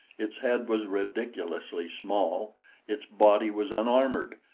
its head was ridiculously small its body was unarmored,